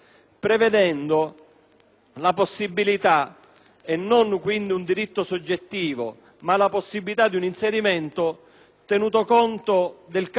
la possibilità - e non quindi un diritto soggettivo - di un inserimento, tenuto conto del cambio di generalità